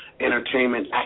entertainment